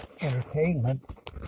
entertainment